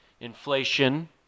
inflation